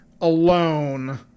alone